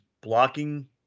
blocking